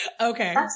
okay